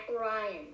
Ryan